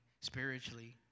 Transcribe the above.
spiritually